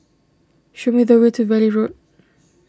show me the way to Valley Road